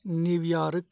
New York